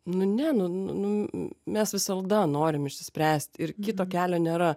nu ne nu nu mes visada norim išsispręst ir kito kelio nėra